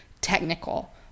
technical